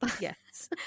Yes